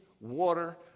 water